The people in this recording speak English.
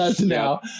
now